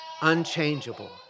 unchangeable